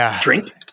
drink